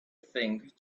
think